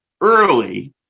early